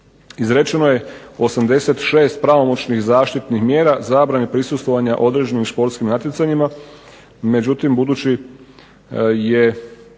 Izrečeno je 86 pravomoćnih zaštitnih mjera zabrane prisustvovanja određenim športskim natjecanjima. Međutim, budući je